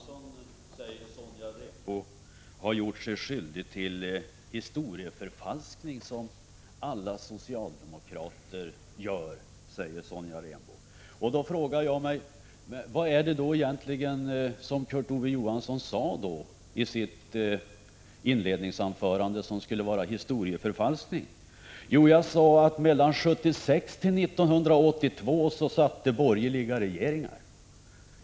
Herr talman! Kurt Ove Johansson har gjort sig skyldig till historieförfalskning som alla socialdemokrater gör, säger Sonja Rembo. Vad sade Kurt Ove Johansson då i sitt inledningsanförande som skulle vara historieförfalskning? Jo, jag sade att mellan 1976 och 1982 hade vi borgerliga regeringar.